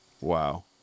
Wow